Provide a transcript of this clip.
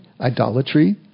idolatry